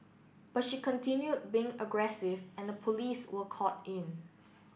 but she continued being aggressive and the police were called in